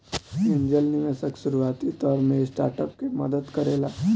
angel निवेशक शुरुआती दौर में स्टार्टअप के मदद करेला